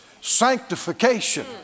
Sanctification